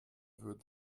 würden